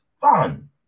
fun